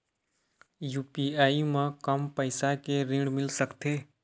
UPI म कम पैसा के ऋण मिल सकथे?